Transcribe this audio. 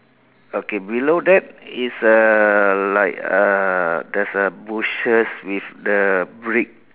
okay below that is a like a there's a bushes with the brick